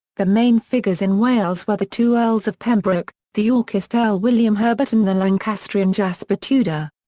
the main figures in wales were the two earls of pembroke, the yorkist earl william herbert and the lancastrian jasper tudor.